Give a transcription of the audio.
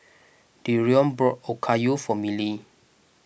Dereon bought Okayu for Miley